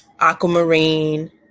aquamarine